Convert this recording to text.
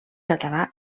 català